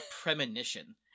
premonition